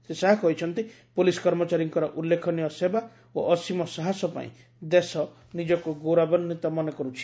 ଶ୍ରୀ ଶାହା କହିଛନ୍ତି ପୋଲିସ୍ କର୍ମଚାରୀଙ୍କର ଉଲ୍ଲେଖନୀୟ ସେବା ଓ ଅସୀମ ସାହସ ପାଇଁ ଦେଶ ନିଜକୁ ଗୌରବାନ୍ୱିତ ମନେକର୍ଚ୍ଛି